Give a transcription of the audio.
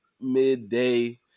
midday